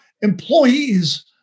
employees